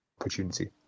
opportunity